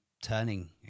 turning